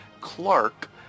Clark